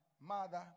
mother